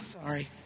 Sorry